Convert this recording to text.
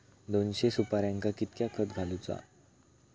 दोनशे सुपार्यांका कितक्या खत घालूचा?